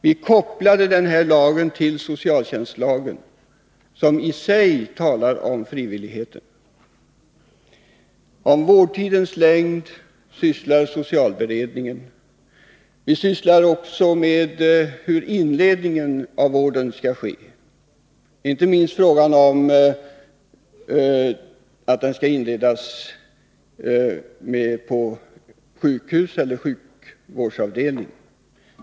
Vi kopplade denna lagstiftning till socialtjänstlagen, som i sig talar om frivillighet. Med frågan om vårdtidens längd sysslar socialberedningen. Den sysslar också med hur inledningen av vården skall ske. Det är inte minst fråga om att den skall inledas på sjukhus eller sjukvårdsavdelning.